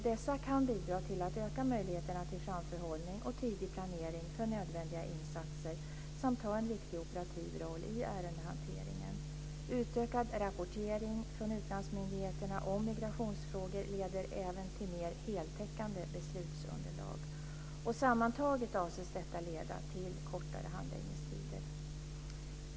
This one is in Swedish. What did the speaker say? Dessa kan bidra till att öka möjligheterna till framförhållning och tidig planering för nödvändiga insatser samt ha en viktig operativ roll i ärendehanteringen. Utökad rapportering från utlandsmyndigheterna om migrationsfrågor leder även till mer heltäckande beslutsunderlag. Sammantaget avses detta leda till kortare handläggningstider.